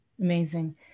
Amazing